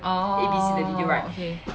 oh okay okay